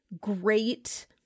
great